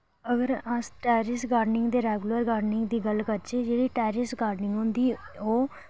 अगर अस terrace gardening ते रैगुलर गार्डनिंग दी गल्ल करचै जेह्ड़ी टैरिस गार्डनिंग होंदी ओ